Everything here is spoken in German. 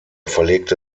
verlegte